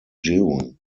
june